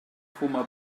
fuma